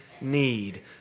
need